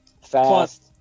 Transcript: fast